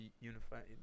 unified